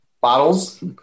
bottles